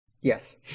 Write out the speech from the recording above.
Yes